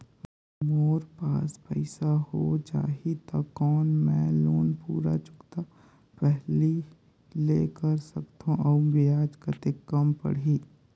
मोर पास पईसा हो जाही त कौन मैं लोन पूरा चुकता पहली ले कर सकथव अउ ब्याज कतेक कम पड़ही?